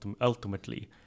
ultimately